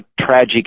tragic